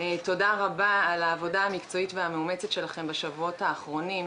תודה רבה על העבודה המקצועית והמאומצת שלכם בשבועות האחרונים.